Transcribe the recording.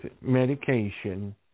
medication